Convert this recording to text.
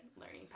learning